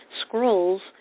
scrolls